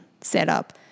setup